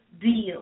deal